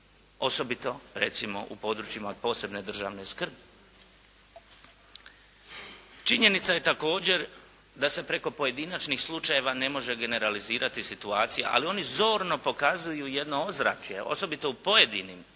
osobito recimo u područjima od posebne državne skrbi. Činjenica je također da se preko pojedinačnih slučajeva ne može generalizirati situacija ali oni zorno pokazuju jedno ozračje, osobito u pojedinim sredinama,